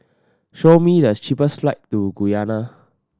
show me the cheapest flight to Guyana